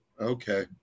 Okay